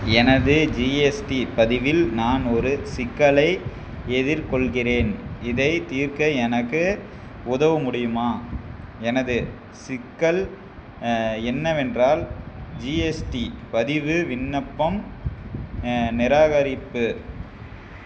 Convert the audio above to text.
எனது ஜிஎஸ்டி பதிவில் நான் ஒரு சிக்கலை எதிர்கொள்கின்றேன் இதை தீர்க்க எனக்கு உதவ முடியுமா எனது சிக்கல் என்னவென்றால் ஜிஎஸ்டி பதிவு விண்ணப்பம் நிராகரிப்பு